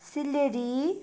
सिल्लेरी